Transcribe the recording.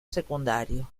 secundario